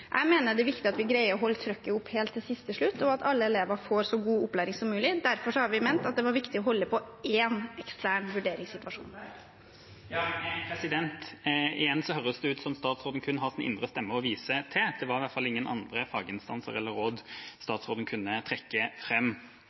Jeg mener det er viktig at vi holder trykket oppe helt til siste slutt, og at alle elever får så god opplæring som mulig. Derfor har vi ment at det var viktig å holde på én ekstern vurderingssituasjon. Torstein Tvedt Solberg – til oppfølgingsspørsmål. Igjen høres det ut som statsråden kun har sin indre stemme å vise til. Det var i hvert fall ingen andre faginstanser eller råd statsråden kunne trekke